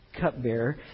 cupbearer